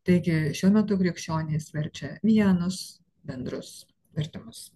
taigi šiuo metu krikščionys verčia vienus bendrus vertimus